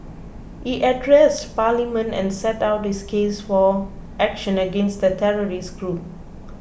he addressed Parliament and set out his case for action against the terrorist group